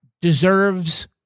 deserves